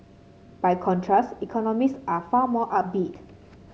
by contrast economists are far more upbeat